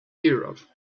europe